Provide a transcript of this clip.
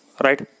Right